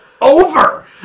over